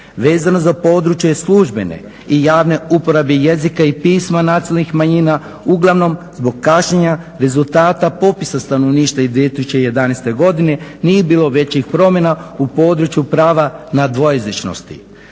Vezano za područje službene i javne uporabe jezike i pisma nacionalnih manjina, uglavnom zbog kašnjenja rezultata popisa stanovništva iz 2011. godine, nije bilo većih promjena u području prava nad dvojezičnosti.